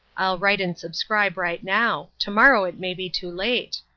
i'll write and subscribe right now tomorrow it maybe too late.